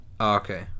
Okay